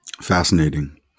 fascinating